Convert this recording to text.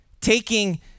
taking